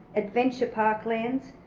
adventure parklands,